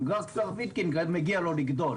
גם לכפר ויתקין מגיע לגדול.